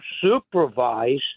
supervise